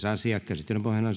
asia käsittelyn pohjana